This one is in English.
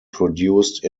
produced